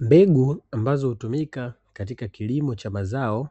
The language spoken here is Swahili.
Mbegu ambazo hutumika katika kilimo cha mazao